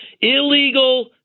illegal